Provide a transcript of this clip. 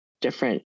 different